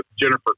Jennifer